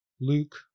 Luke